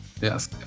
Yes